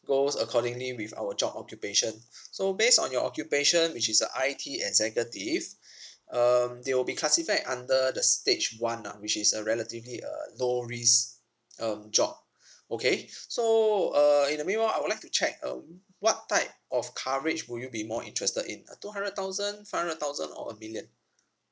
goes accordingly with our job occupation so based on your occupation which is a I_T executive um they will be classified under the stage one ah which is a relatively uh low risk um job okay so uh in the meanwhile I would like to check um what type of coverage will you be more interested in a two hundred thousand five hundred thousand or a million